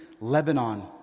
Lebanon